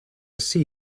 see